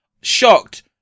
Shocked